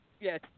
Yes